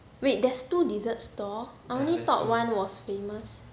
wait there's two dessert store I only thought one was famous